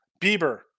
Bieber